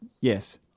Yes